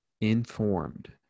informed